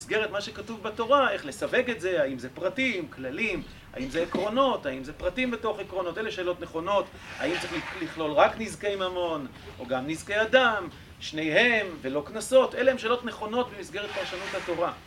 במסגרת מה שכתוב בתורה, איך לסווג את זה, האם זה פרטים, כללים, האם זה עקרונות, האם זה פרטים בתוך עקרונות, אלה שאלות נכונות האם צריך לכלול רק נזקי ממון, או גם נזקי אדם, שניהם ולא קנסות, אלה הן שאלות נכונות במסגרת פרשנות התורה